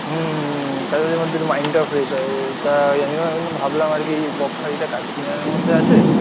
হুম কাজবাজের মধ্যে একটু মাইন্ডটাও ফ্রেশ হয় তাই আমিও আমি ভাবলাম আর কি বকখালিটা কাছে কিনারের মধ্যে আছে